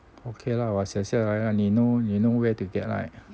okay lah 我写下来 lah 你 know 你 know where to get right